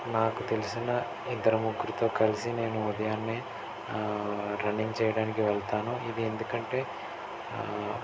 నాకు తెలిసిన ఇద్దరు ముగ్గురితో కలిసి నేను ఉదయాన్నే రన్నింగ్ చేయడానికి వెళ్తాను ఇది ఎందుకంటే